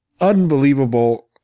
unbelievable